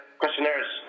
questionnaires